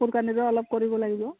অলপ কৰিব লাগিব